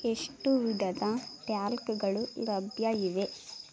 ಎಷ್ಟು ವಿಧದ ಟ್ಯಾಲ್ಕ್ಗಳು ಲಭ್ಯ ಇವೆ